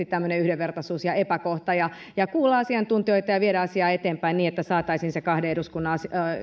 tämmöinen yhdenvertaisuusepäkohta ja ja kuulla asiantuntijoita ja viedä asiaa eteenpäin niin että saataisiin se kahden eduskunnan